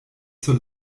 zur